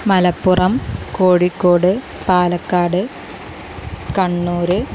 Malappuram Kozhikode Palakkad Kannur